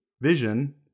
vision